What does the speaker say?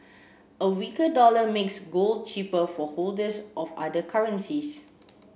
a weaker dollar makes gold cheaper for holders of other currencies